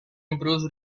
improves